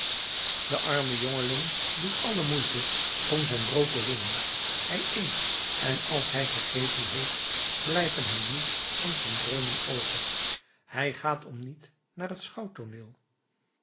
de arme jongeling doet alle moeite om zijn brood te winnen hij eet en als hij gegeten heeft blijven hem niets dan zijn droomen over hij gaat om niet naar het